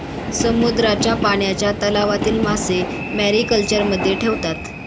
समुद्राच्या पाण्याच्या तलावातील मासे मॅरीकल्चरमध्ये ठेवतात